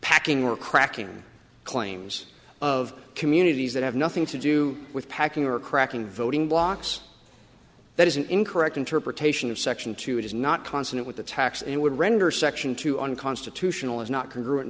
packing were cracking claims of communities that have nothing to do with packing or cracking voting blocks that is an incorrect interpretation of section two it is not consonant with the tax and would render section two unconstitutional is not can ruin